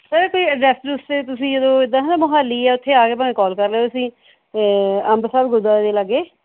sir ਕੋਈ address address ਅਤੇ ਤੁਸੀਂ ਜਦੋਂ ਇੱਦਾਂ ਹੈ ਨਾ ਮੋਹਾਲੀ ਹੈ ਉੱਥੇ ਆ ਕੇ ਭਾਵੇਂ ਕਾਲ ਕਰ ਲਿਉ ਤੁਸੀਂ ਅੰਬ ਸਾਹਿਬ ਗੁਰਦੁਆਰੇ ਦੇ ਲਾਗੇ